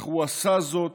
אך הוא עשה זאת